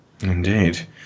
Indeed